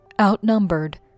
Outnumbered